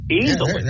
easily